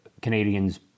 Canadians